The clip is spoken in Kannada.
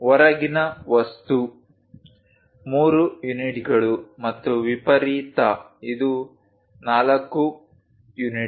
ಹೊರಗಿನ ವಸ್ತು 3 ಯೂನಿಟ್ಗಳು ಮತ್ತು ವಿಪರೀತ ಇದು 4 ಯೂನಿಟ್ಗಳು